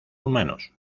humanos